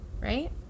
Right